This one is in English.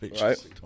right